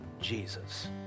Jesus